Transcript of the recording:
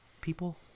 people